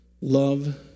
love